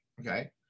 Okay